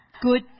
good